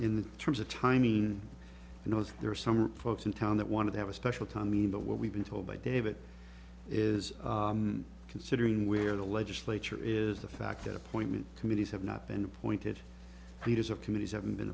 in terms of timing and it was there are some folks in town that want to have a special town meeting the what we've been told by david is considering where the legislature is the fact that appointment committees have not been appointed leaders of committees haven't been